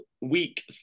week